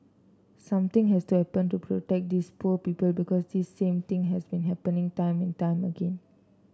something has to happen to protect these poor people because this same thing has been happening time and time again